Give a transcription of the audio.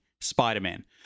Spider-Man